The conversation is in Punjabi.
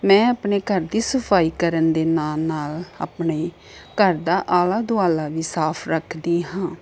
ਮੈਂ ਆਪਣੇ ਘਰ ਦੀ ਸਫਾਈ ਕਰਨ ਦੇ ਨਾਲ ਨਾਲ ਆਪਣੇ ਘਰ ਦਾ ਆਲਾ ਦੁਆਲਾ ਵੀ ਸਾਫ਼ ਰੱਖਦੀ ਹਾਂ